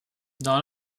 dans